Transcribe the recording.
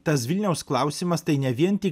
tas vilniaus klausimas tai ne vien tik